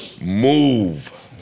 Move